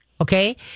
okay